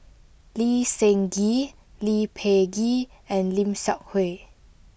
Lee Seng Gee Lee Peh Gee and Lim Seok Hui